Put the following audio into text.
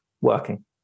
working